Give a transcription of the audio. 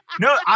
no